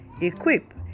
equip